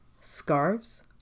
Scarves